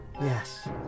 Yes